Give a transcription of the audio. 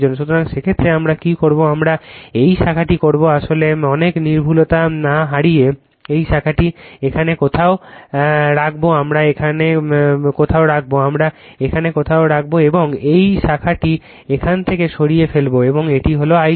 সুতরাং সেক্ষেত্রে আমরা কী করব আমরা এই শাখাটি করব আসলে অনেক নির্ভুলতা না হারিয়ে এই শাখাটি এখানে কোথাও রাখব আমরা এখানে কোথাও রাখব আমরা এখানে কোথাও রাখব এবং এই শাখাটি এখান থেকে সরিয়ে ফেলবে এবং এটি হবে I0